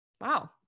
wow